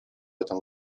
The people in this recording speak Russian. этом